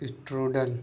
strudel